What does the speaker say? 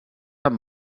amb